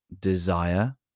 desire